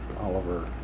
Oliver